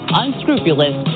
unscrupulous